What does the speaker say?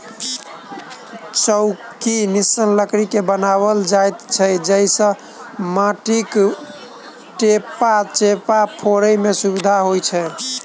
चौकी निस्सन लकड़ी सॅ बनाओल जाइत छै जाहि सॅ माटिक ढेपा चेपा फोड़य मे सुविधा होइत छै